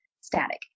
static